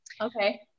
Okay